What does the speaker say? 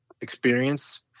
experience